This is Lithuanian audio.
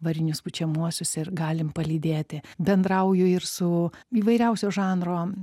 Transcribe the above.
varinius pučiamuosius ir galim palydėti bendrauju ir su įvairiausio žanro